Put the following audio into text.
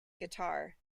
guitar